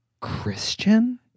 Christian